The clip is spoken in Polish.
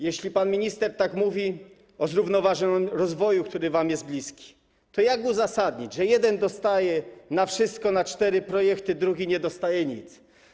Jeśli pan minister tak mówi o zrównoważonym rozwoju, którzy wam jest bliski, to jak uzasadnić, że jeden dostaje na wszystko, na cztery projekty, drugi nie dostaje nic?